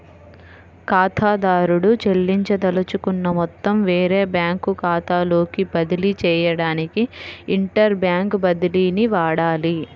ఖాతాదారుడు చెల్లించదలుచుకున్న మొత్తం వేరే బ్యాంకు ఖాతాలోకి బదిలీ చేయడానికి ఇంటర్ బ్యాంక్ బదిలీని వాడాలి